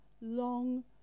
long